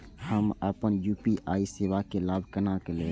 हम अपन यू.पी.आई सेवा के लाभ केना लैब?